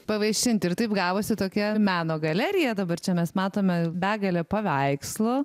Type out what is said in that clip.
pavaišinti ir taip gavosi tokia meno galerija dabar čia mes matom begalę paveikslų